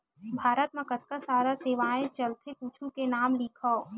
भारत मा कतका सारा सेवाएं चलथे कुछु के नाम लिखव?